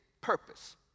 purpose